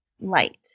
light